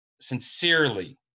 sincerely